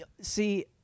see